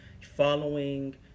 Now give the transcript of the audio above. following